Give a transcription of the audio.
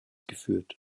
geführt